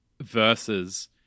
versus